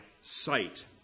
sight